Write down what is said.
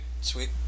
Sweet